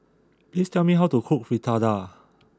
please tell me how to cook Fritada